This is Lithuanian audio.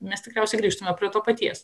mes tikriausiai grįžtume prie to paties